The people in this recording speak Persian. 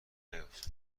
نیاد